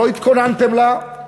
שלא התכוננתם לה,